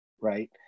right